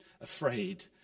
afraid